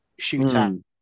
shootout